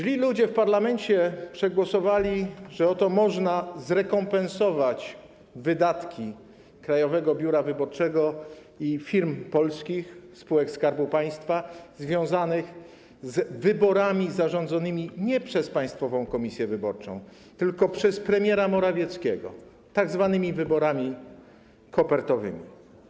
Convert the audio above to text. Źli ludzie w parlamencie przegłosowali, że oto można zrekompensować wydatki Krajowego Biura Wyborczego i firm polskich, spółek Skarbu Państwa związanych z wyborami zarządzonymi nie przez Państwową Komisję Wyborczą, tylko przez premiera Morawieckiego, tzw. wyborami kopertowymi.